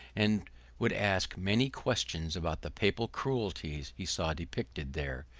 and would ask many questions about the papal cruelties he saw depicted there,